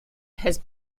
has